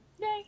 Yay